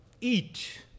Eat